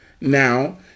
Now